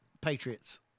Patriots